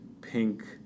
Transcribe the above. pink